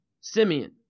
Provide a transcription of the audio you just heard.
Simeon